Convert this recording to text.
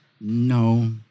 No